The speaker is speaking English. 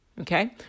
Okay